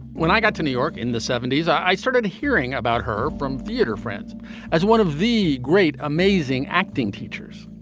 when i got to new york in the seventy s i started hearing about her from theater friends as one of the great amazing acting teachers.